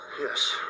Yes